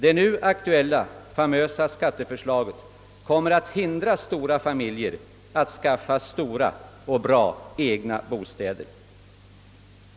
Det nu aktuella famösa skatteförslaget kommer däremot att hindra stora familjer att skaffa stora och bra egna bostäder.